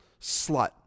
slut